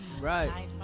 Right